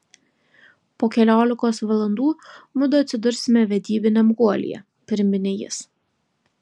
po keliolikos valandų mudu atsidursime vedybiniam guolyje priminė jis